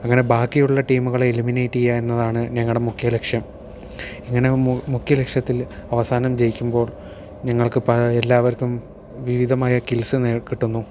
അങ്ങനെ ബാക്കി ഉള്ള ടീമുകളെ എലിമിനേറ്റ് ചെയ്യുക എന്നതാണ് ഞങ്ങളുടെ മുഖ്യ ലക്ഷ്യം അങ്ങനെ മുഖ്യ ലക്ഷ്യത്തിൽ അവസാനം ജയിക്കുമ്പോൾ ഞങ്ങൾക്ക് പഴയ എല്ലാവർക്കും വിവിധമായ സ്ലിൽസിനെ കിട്ടുന്നു